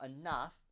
enough